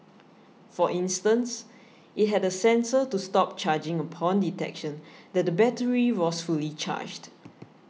for instance it had a sensor to stop charging upon detection that the battery was fully charged